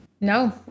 No